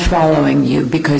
following you because